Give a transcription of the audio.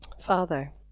Father